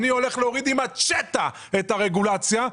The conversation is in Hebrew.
אני הולך להוריד את הרגולציה עם מצ'טה,